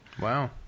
Wow